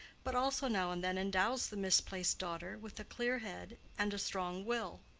but also now and then endows the misplaced daughter with a clear head and a strong will.